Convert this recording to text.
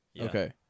Okay